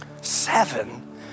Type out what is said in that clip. Seven